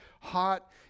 hot